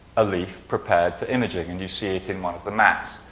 a leaf prepared for imaging. and you see it in one of the mats.